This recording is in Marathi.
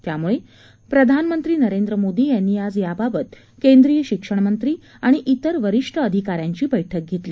त्यामुळे प्रधानमंत्री नरेंद्र मोदी यांनी आज याबाबत केंद्रीय शिक्षण मंत्री आणि त्रिर वरिष्ठ अधिकाऱ्यांची बैठक घेतली